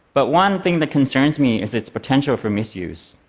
but one thing that concerns me is its potential for misuse.